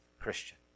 Christian